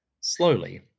Slowly